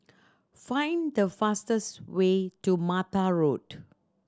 find the fastest way to Mata Road